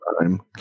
time